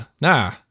nah